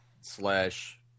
slash